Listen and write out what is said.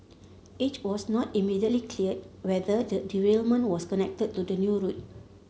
it was not immediately clear whether the derailment was connected to the new route